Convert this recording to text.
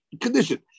condition